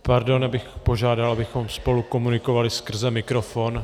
Pardon, já bych požádal, abychom spolu komunikovali skrze mikrofon.